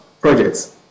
projects